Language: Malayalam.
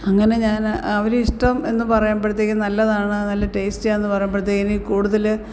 അങ്ങനെ ഞാന് അവരിഷ്ടം എന്ന് പറയുമ്പോഴത്തേക്ക് നല്ലതാണ് നല്ല ടേസ്റ്റിയാണെന്ന് പറയുമ്പോഴത്തേക്ക് എനിക്ക് കൂടുതല്